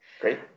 Great